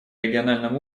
региональном